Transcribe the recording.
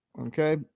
Okay